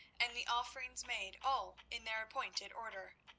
and the offerings made all in their appointed order.